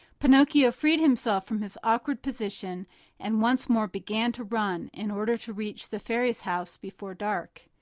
pinocchio freed himself from his awkward position and once more began to run in order to reach the fairy's house before dark.